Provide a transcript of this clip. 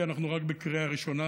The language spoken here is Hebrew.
כי אנחנו רק בקריאה ראשונה,